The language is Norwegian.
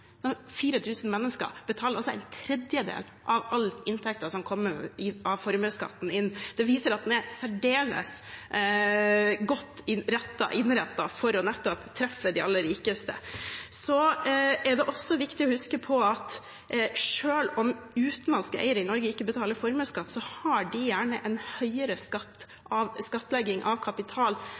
mennesker – betaler en tredjedel av all inntekten som kommer inn som følge av formuesskatten. Det viser at den er særdeles godt innrettet for nettopp å treffe de aller rikeste. Det er også viktig å huske at selv om utenlandske eiere i Norge ikke betaler formuesskatt, har de gjerne en høyere skattlegging av kapital